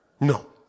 No